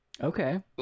okay